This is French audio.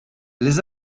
les